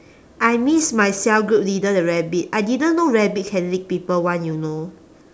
I miss my cell group leader the rabbit I didn't know rabbit can lick people [one] you know